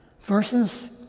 Verses